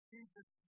Jesus